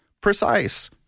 precise